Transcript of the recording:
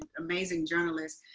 amazing journalist.